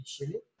initially